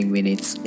Minutes